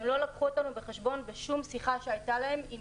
הם לא לקחו אותנו בחשבון באף שיחה שהייתה להם עם